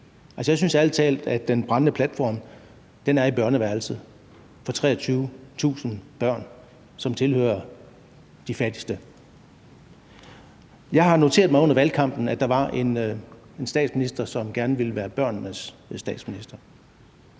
jeg synes ærlig talt, at den brændende platform er i børneværelset hos 23.000 børn, som tilhører de fattigste. Jeg har noteret mig under valgkampen, at der var en statsminister, som gerne ville være børnenes statsminister.